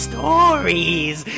Stories